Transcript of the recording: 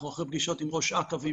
אנחנו אחרי פגישות עם ראש אכ"א ועם